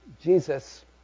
Jesus